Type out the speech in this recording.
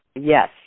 Yes